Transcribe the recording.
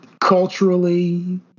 culturally